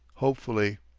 hopefully.